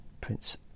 Prince